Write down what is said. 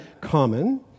common